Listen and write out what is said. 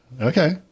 Okay